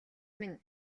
минь